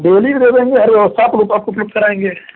डोली भी दे देंगे अरे उ कराएंगे